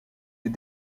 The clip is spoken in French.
est